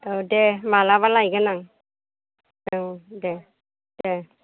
औ दे माब्लाबा लायगोन आं औ दे दे